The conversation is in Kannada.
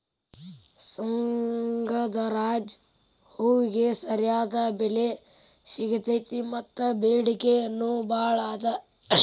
ಸುಗಂಧರಾಜ ಹೂವಿಗೆ ಸರಿಯಾದ ಬೆಲೆ ಸಿಗತೈತಿ ಮತ್ತ ಬೆಡಿಕೆ ನೂ ಬಾಳ ಅದ